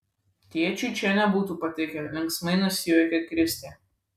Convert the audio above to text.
tėčiui čia nebūtų patikę linksmai nusijuokė kristė